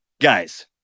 Guys